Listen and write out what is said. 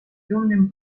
dumnym